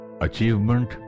Achievement